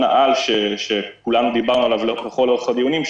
העל שכולנו דיברנו עליו לכל אורך הדיונים,